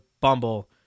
Bumble